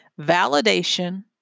validation